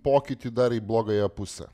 pokytį dar į blogąją pusę